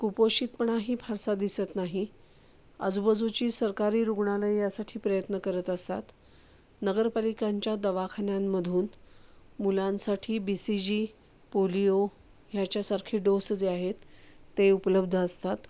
कुपोषितपणाही फारसा दिसत नाही आजूबाजूची सरकारी रुग्णालय यासाठी प्रयत्न करत असतात नगरपालिकांच्या दवाखान्यांमधून मुलांसाठी बी सी जी पोलिओ ह्याच्यासारखे डोस जे आहेत ते उपलब्ध असतात